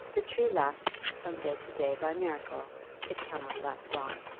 the tree lasts from day to day by miracle it cannot last long.